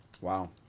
Wow